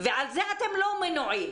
ועל זה אתם לא מנועים.